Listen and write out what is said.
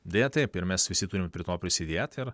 deja taip ir mes visi turim prie to prisidėt ir